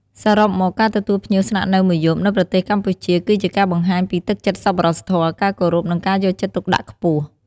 សរុបមក ការទទួលភ្ញៀវស្នាក់នៅមួយយប់នៅប្រទេសកម្ពុជា គឺជាការបង្ហាញពីទឹកចិត្តសប្បុរសធម៌ ការគោរព និងការយកចិត្តទុកដាក់ខ្ពស់។